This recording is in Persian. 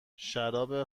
شراب